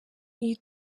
iri